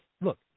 look